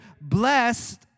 blessed